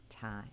time